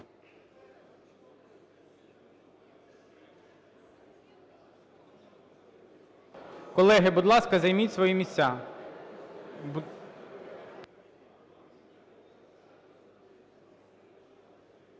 Колеги, будь ласка, займіть свої місця.